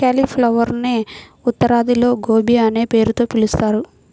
క్యాలిఫ్లవరునే ఉత్తరాదిలో గోబీ అనే పేరుతో పిలుస్తారు